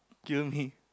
kill me